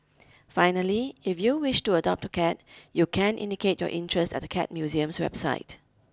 finally if you wish to adopt a cat you can indicate your interest at the Cat Museum's website